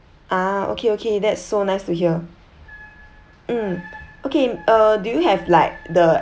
ah okay okay that's so nice to hear mm okay uh do you have like the